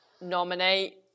nominate